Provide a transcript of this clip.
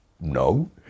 no